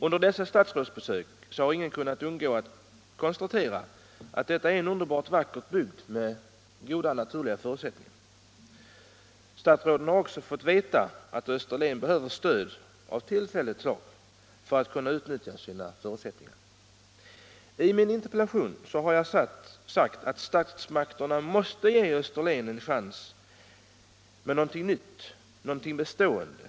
Under sina besök har dessa statsråd inte kunnat undgå att konstatera att det är en underbart vacker bygd med goda naturliga förutsättningar. Statsråden har också fått veta att Österlen behöver stöd — av tillfälligt slag — för att kunna utnyttja sina förutsättningar. I min interpellation har jag sagt att statsmakterna måste ge Österlen en chans till något nytt — något bestående.